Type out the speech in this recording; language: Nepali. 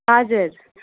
हजुर